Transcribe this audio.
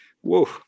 whoa